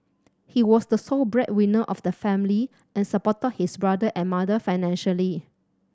he was the sole breadwinner of the family and supported his brother and mother financially